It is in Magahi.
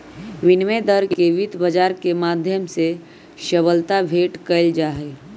विनिमय दर के वित्त बाजार के माध्यम से सबलता भेंट कइल जाहई